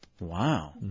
Wow